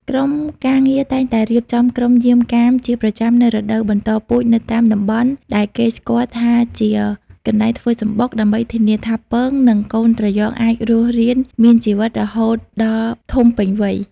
ក្រុមការងារតែងតែរៀបចំក្រុមយាមកាមជាប្រចាំនៅរដូវបន្តពូជនៅតាមតំបន់ដែលគេស្គាល់ថាជាកន្លែងធ្វើសម្បុក ដើម្បីធានាថាពង និងកូនត្រយងអាចរស់រានមានជីវិតរហូតដល់ធំពេញវ័យ។